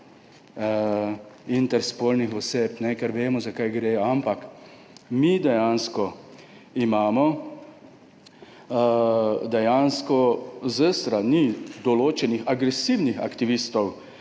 interspolnih oseb, ker vemo, za kaj gre, ampak mi imamo dejansko s strani določenih agresivnih aktivistov